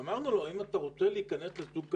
אמרנו לו: האם אתה רוצה להיכנס לשוק כזה?